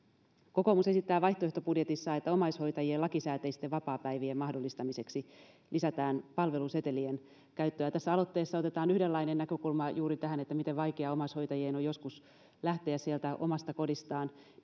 kokoomus esittää vaihtoehtobudjetissaan että omaishoitajien lakisääteisten vapaapäivien mahdollistamiseksi lisätään palvelusetelien käyttöä tässä aloitteessa otetaan yhdenlainen näkökulma juuri tähän että miten vaikeaa omaishoitajien on joskus lähteä sieltä omasta kodistaan